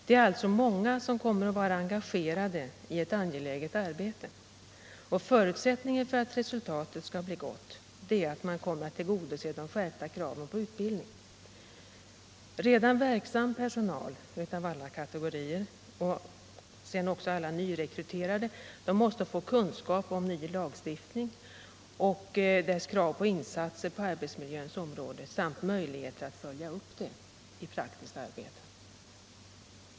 Det är alltså många som kommer att vara engagerade i ett angeläget arbete, och förutsättningen för att resultatet skall bli gott är att man tillgodoser de skärpta kraven på utbildning. Redan verksam personal av alla kategorier samt alla nyrekryterade måste få kunskap om den nya lagstiftningen och dess krav på insatser på arbetsmiljöns område samt möjligheter att följa upp det i praktiskt arbete.